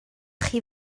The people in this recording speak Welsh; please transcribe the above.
chi